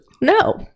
no